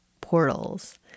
portals